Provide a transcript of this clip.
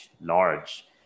large